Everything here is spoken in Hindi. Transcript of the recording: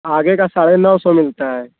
आगे का साढ़े नौ सौ मिलता है